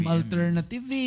Alternative